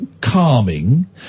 calming